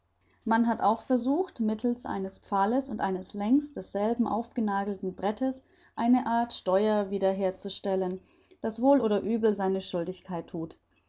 man hat auch versucht mittels eines pfahles und eines längs desselben aufgenagelten brettes eine art steuer wieder herzustellen das wohl oder übel seine schuldigkeit thut